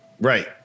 right